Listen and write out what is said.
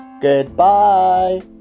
Goodbye